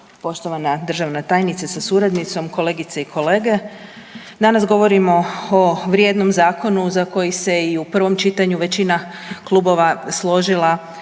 poštovana državna tajnice sa suradnicom, kolegice i kolege. Danas govorimo o vrijednom zakonu za koji se i u prvom čitanju većina klubova složila